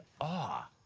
awe